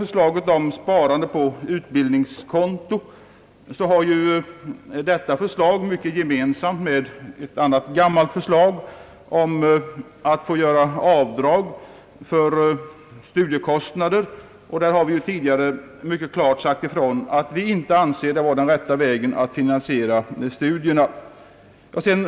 Förslaget om sparande på utbildningskonto har mycket gemensamt med ett annat gammalt förslag om rätt till avdrag för studiekostnader. Därvidlag har vi ju tidigare mycket klart sagt ifrån att vi inte anser det vara rätta vägen att finansiera studierna.